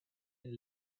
and